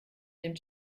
dem